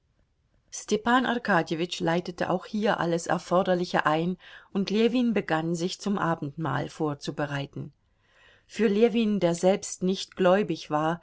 arkadjewitsch leitete auch hier alles erforderliche ein und ljewin begann sich zum abendmahl vorzubereiten für ljewin der selbst nicht gläubig war